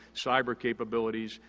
cyber capabilities,